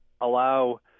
allow